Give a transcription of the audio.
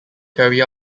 carry